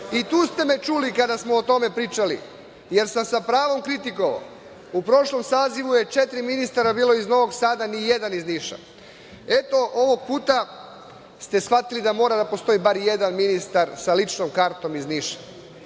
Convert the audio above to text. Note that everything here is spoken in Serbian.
I tu ste me čuli kada smo o tome pričali, jer sam sa pravom kritikovao. U prošlom sazivu je četiri ministara bilo iz Novog Sada, nijedan iz Niša. Eto, ovog puta ste shvatili da mora da postoji bar jedan ministar sa ličnom kartom iz Niša.